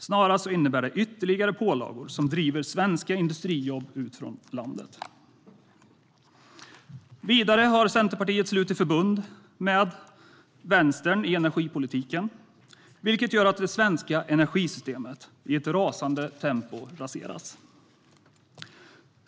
Snarare innebär detta ytterligare pålagor som driver svenska industrijobb ut från landet. Vidare har Centerpartiet slutit förbund med Vänstern i energipolitiken, vilket gör att det svenska energisystemet i ett rasande tempo raseras.